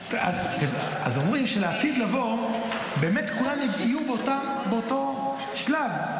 אז אומרים שלעתיד לבוא באמת כולם יהיו באותו שלב,